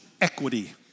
equity